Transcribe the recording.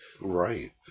Right